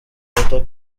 luther